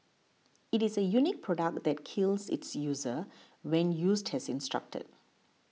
it is a unique product that kills its user when used as instructed